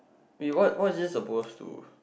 eh what what is it suppose to